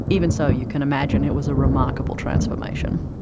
even so, you can imagine it was a remarkable transformation!